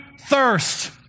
thirst